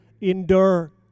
endure